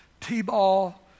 t-ball